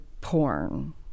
porn